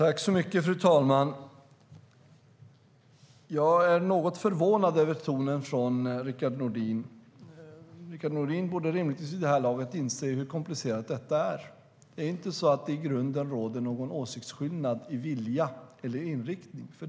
Fru talman! Jag är något förvånad över tonen från Rickard Nordin. Rickard Nordin borde rimligtvis vid det här laget inse hur komplicerat detta är. Det är inte så att det i grunden råder någon åsiktsskillnad i vilja eller inriktning.